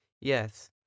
Yes